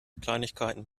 kleinigkeiten